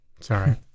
Sorry